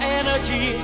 energy